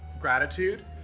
gratitude